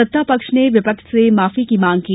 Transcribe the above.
सत्ता पक्ष ने विपक्ष से माफी की मांग की